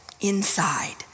inside